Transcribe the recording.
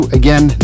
again